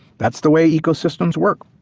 that's the way ecosystems work.